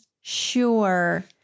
sure